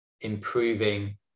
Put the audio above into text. improving